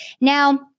Now